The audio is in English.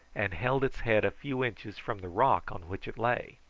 and held its head a few inches from the rock on which it lay.